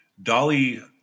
Dolly